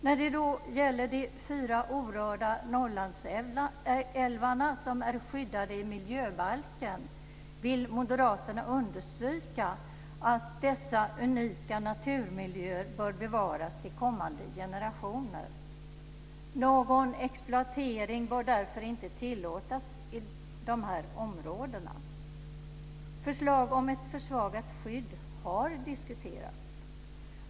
När det gäller de fyra orörda Norrlandsälvar som är skyddade i miljöbalken vill moderaterna understryka att dessa unika naturmiljöer bör bevaras till kommande generationer. Någon exploatering bör därför inte tillåtas i dessa områden. Förslag om ett försvagat skydd har diskuterats.